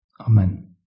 Amen